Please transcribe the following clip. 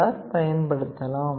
R பயன்படுத்தலாம்